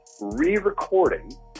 re-recording